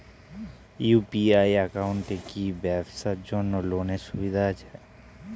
UPI একাউন্টে কি ব্যবসার জন্য লোনের সুবিধা আছে?